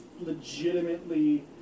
legitimately